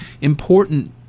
important